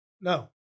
No